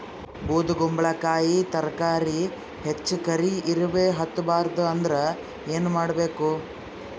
ಬೊದಕುಂಬಲಕಾಯಿ ತರಕಾರಿ ಹೆಚ್ಚ ಕರಿ ಇರವಿಹತ ಬಾರದು ಅಂದರ ಏನ ಮಾಡಬೇಕು?